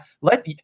Let